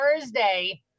Thursday